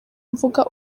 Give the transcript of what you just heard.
mvuga